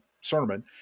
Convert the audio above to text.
sermon